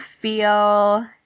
feel